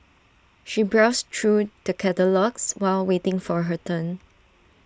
she browsed through the catalogues while waiting for her turn